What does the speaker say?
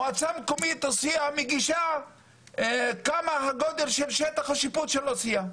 המועצה המקומית עוספיה מגישה גודל של שטח השיפוט של עוספיה,